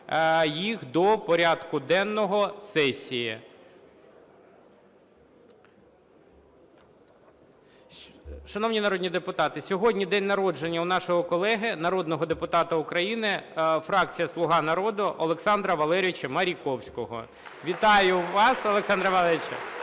їх до порядку денного сесії. Шановні народні депутати, сьогодні день народження у нашого колеги народного депутата України, фракція "Слуга народу", Олександра Валерійовича Маріковського. Вітаю вас, Олександре Валерійовичу.